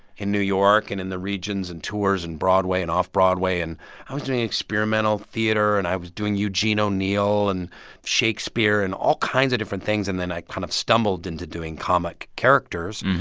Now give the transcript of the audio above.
in new york and in the regions and tours and broadway and off-broadway. and i was doing experimental theater. and i was doing eugene o'neill and shakespeare and all kinds of different things. and then i kind of stumbled into doing comic characters.